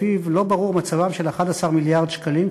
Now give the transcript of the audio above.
שלפיו לא ברור מצבם של 11 מיליארד שקלים,